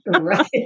Right